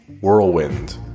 Whirlwind